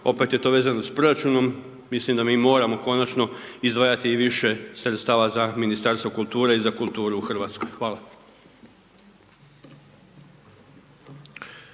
opet je to vezano s proračunom. Mislim da mi moramo konačno izdvajati i više sredstava za Ministarstvo kulture i za kulturu u Hrvatskoj. Hvala.